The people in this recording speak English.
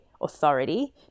authority